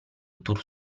tour